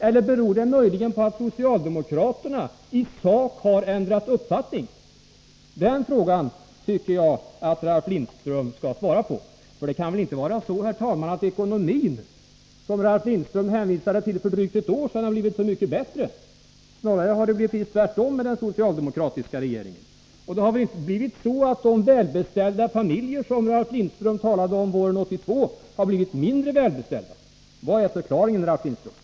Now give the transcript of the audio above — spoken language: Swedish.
Eller beror det möjligen på att socialdemokraterna i sak har ändrat uppfattning? Den frågan tycker jag att Ralf Lindström skall svara på. För det kan väl inte vara så, herr talman, att ekonomin, som Ralf Lindström hänvisade till för drygt ett år sedan, har blivit så mycket bättre? Snarare har det blivit precis tvärtom under den socialdemokratiska regeringen. De välbeställda familjer som Ralf Lindström talade om våren 1982 har väl inte blivit mindre välbeställda? Vad är förklaringen Ralf Lindström?